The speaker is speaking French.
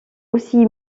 aussi